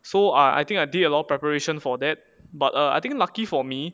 so I I think I did a lot of preparation for that but err I think lucky for me